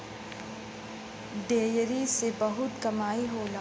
dairy में बहुत कमाई होला